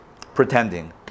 pretending